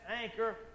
anchor